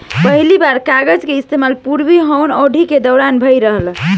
पहिला बेर कागज के इस्तेमाल पूर्वी हान अवधि के दौरान भईल रहे